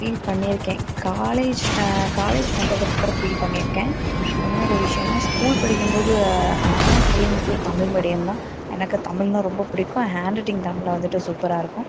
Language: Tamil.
ஃபீல் பண்ணியிருக்கேன் காலேஜ் காலேஜ் வந்ததுக்கு அப்புறம் ஃபீல் பண்ணியிருக்கேன் என்ன ஒரு விஷயம்னா ஸ்கூல் படிக்கும் போது நான் full and full Tamil medium தான் எனக்கு தமிழ்னா ரொம்ப பிடிக்கும் ஹேண்ட்ரைட்டிங் தமிழில் வந்துவிட்டு சூப்பராக இருக்கும்